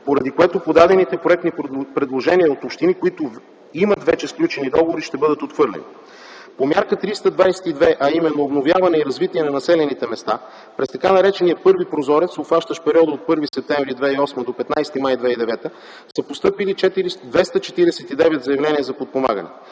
поради което подадените проектни предложения от общини, които вече имат сключени договори, ще бъдат отхвърлени. По Мярка 322, а именно „Обновяване и развитие на населените места”, през така наречения първи прозорец, обхващащ периода от 1 септември 2008 г. до 15 май 2009 г., са постъпили 249 заявления за подпомагане.